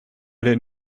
did